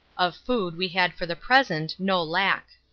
of food we had for the present no lack.